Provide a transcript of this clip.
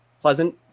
pleasant